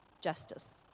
justice